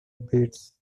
bates